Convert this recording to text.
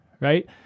right